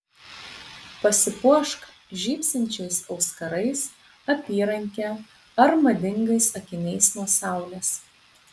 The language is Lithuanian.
pasipuošk žybsinčiais auskarais apyranke ar madingais akiniais nuo saulės